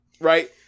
Right